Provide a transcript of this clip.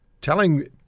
Telling